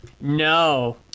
No